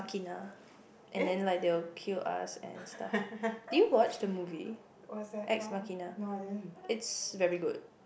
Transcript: eh what's that thought no I didn't